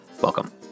Welcome